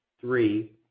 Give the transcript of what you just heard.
three